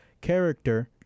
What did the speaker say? character